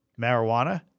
Marijuana